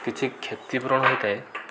କିଛି କ୍ଷତିପୂରଣ ହୋଇଥାଏ